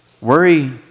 worry